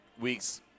weeks –